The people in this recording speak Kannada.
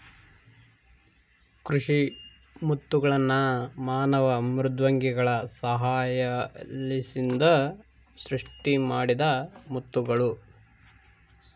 ಕೃಷಿ ಮುತ್ತುಗಳ್ನ ಮಾನವ ಮೃದ್ವಂಗಿಗಳ ಸಹಾಯಲಿಸಿಂದ ಸೃಷ್ಟಿಮಾಡಿದ ಮುತ್ತುಗುಳು